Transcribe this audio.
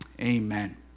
Amen